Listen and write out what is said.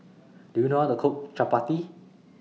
Do YOU know How to Cook Chapati